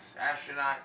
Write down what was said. Astronaut